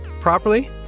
properly